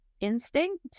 instinct